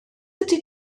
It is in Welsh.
ydy